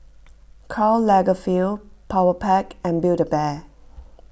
Karl Lagerfeld Powerpac and Build A Bear